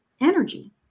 energy